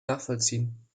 nachvollziehen